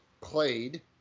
played